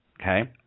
Okay